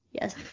yes